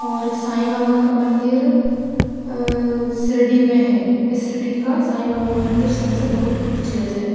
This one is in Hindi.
और साँई बाबा का मंदिर शिरडी में है यह शिरडी के साईं बाबा का मंदिर सबसे बहुत प्रचलित है